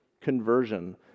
Conversion